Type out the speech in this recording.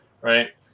Right